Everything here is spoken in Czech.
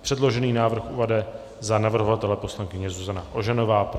Předložený návrh uvede za navrhovatele poslankyně Zuzana Ožanová.